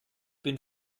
bin